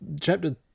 chapter